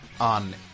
on